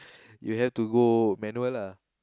you have to go manual lah